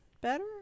better